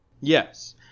Yes